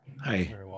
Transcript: Hi